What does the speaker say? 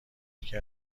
یکی